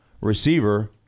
Receiver